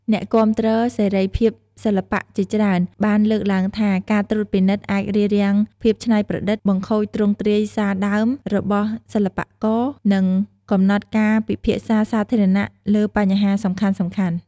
អ្នកគាំទ្រសេរីភាពសិល្បៈជាច្រើនបានលើកឡើងថា ការត្រួតពិនិត្យអាចរារាំងភាពច្នៃប្រឌិត បង្ខូចទ្រង់ទ្រាយសារដើមរបស់សិល្បករ និងកំណត់ការពិភាក្សាសាធារណៈលើបញ្ហាសំខាន់ៗ។